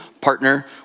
partner